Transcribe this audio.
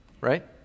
right